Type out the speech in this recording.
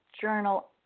journal